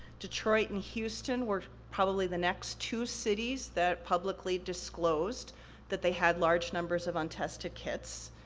detroit and houston were probably the next two cities that publicly disclosed that they had large numbers of untested kits,